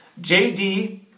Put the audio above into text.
JD